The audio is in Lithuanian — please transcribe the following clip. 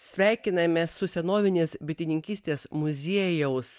sveikinamės su senovinės bitininkystės muziejaus